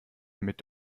mit